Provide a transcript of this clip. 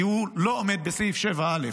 כי הוא לא עומד בסעיף 7א,